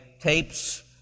tapes